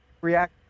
react